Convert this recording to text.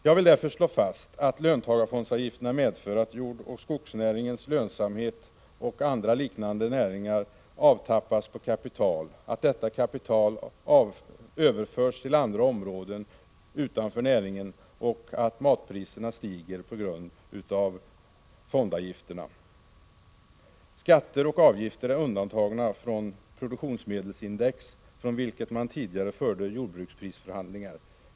Jag vill därför slå fast att löntagarfondsavgifterna medför att jordoch skogsnäringens lönsamhet försämras, att jordoch skogsnäringen avtappas på kapital, att detta kapital överförs till andra områden utanför näringen och att matpriserna stiger på grund av fondavgifterna. Skatter och avgifter är undantagna från produktionsmedelsindex, från vilket man tidigare förde jordbruksprisförhandlingar.